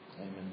Amen